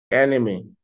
enemy